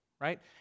right